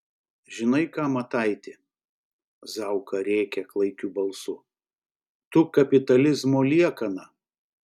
žinai ką mataiti zauka rėkia klaikiu balsu tu kapitalizmo liekana